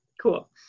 cool